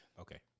okay